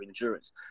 endurance